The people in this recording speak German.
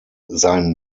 sein